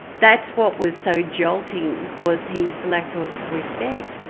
that's what was so jolting, was his lack of respect,